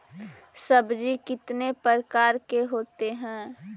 सब्जी कितने प्रकार के होते है?